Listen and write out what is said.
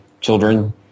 children